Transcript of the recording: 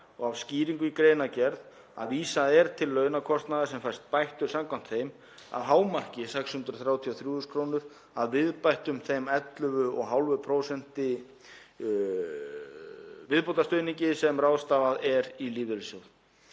og af skýringu í greinargerð, að vísað sé til launakostnaðar sem fæst bættur samkvæmt þeim, að hámarki 633.000 kr., að viðbættum þeim 11,5% viðbótarstuðningi sem ráðstafað er í lífeyrissjóð.